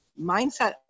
mindset